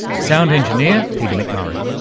sound engineer, peter mcmurray.